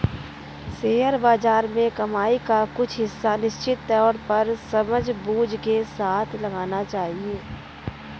share बाज़ार में कमाई का कुछ हिस्सा निश्चित तौर पर समझबूझ के साथ लगाना चहिये